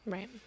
Right